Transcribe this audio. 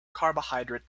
carbohydrate